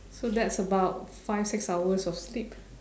so that's about five six hours of sleep